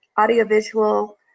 audiovisual